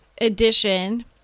edition